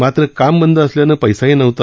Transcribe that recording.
मात्र काम बंद असल्यानं पैसाही नव्हता